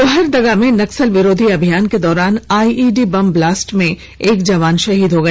लोहरदगा में नक्सल विरोधी अभियान के दौरान आईईडी बम ब्लास्ट में एक जवान शहीद हो गया